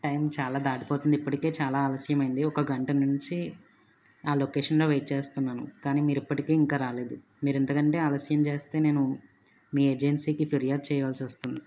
time చాలా దాటిపోతుంది ఇప్పటికే చాలా ఆలస్యం అయింది ఒక గంట నుంచి నా లొకేషన్లో వెయిట్ చేస్తున్నాను కానీ మీరు ఇప్పటికీ ఇంకా రాలేదు మీరు ఇంతకంటే ఆలస్యం చేస్తే నేను మీ ఏజెన్సీకి ఫిర్యాదు చేయాల్సి వస్తుంది